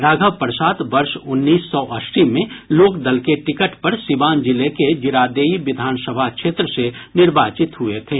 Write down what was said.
राघव प्रसाद वर्ष उन्नीस सौ अस्सी में लोक दल के टिकट पर सीवान जिले के जीरादेई विधानसभा क्षेत्र से निर्वाचित हुए थे